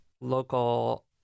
local